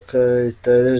kayitare